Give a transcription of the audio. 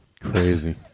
Crazy